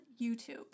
YouTube